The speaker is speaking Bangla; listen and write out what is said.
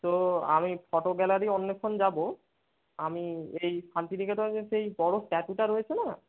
তো আমি ফটো গ্যালারি অন্বেষণ যাবো আমি এই শান্তিনিকেতনের যে সেই বড়ো স্টাচুটা রয়েছে না